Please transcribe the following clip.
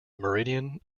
meridian